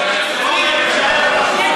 תכניס אותו להצבעות.